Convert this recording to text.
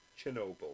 Chernobyl